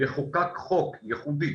יחוקק חוק ייחודי